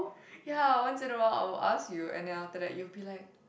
ya once in a while I'll ask you and then after that you'll be like